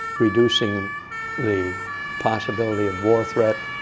reducing the possibility of war threat.